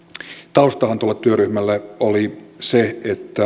taustahan tuolle työryhmälle oli se että